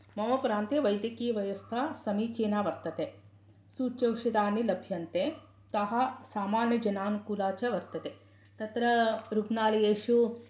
मम प्रान्ते वैद्यकीयव्यवस्था समीचिना वर्तते सूच्यौषधानि लभ्यन्ते ताः सामान्यजनानुकूला च वर्तते तत्र रुग्नालयेषु